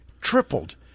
tripled